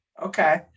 Okay